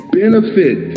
benefit